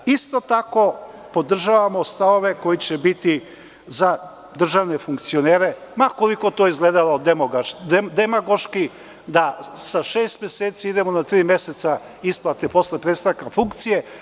Isto tako, podržavamo stavove koji će biti za državne funkcionere, ma koliko to izgledalo demagoški, da sa šest meseci idemo na tri meseca isplate posle prestanka funkcije.